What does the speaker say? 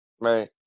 right